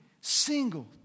single